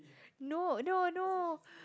no no no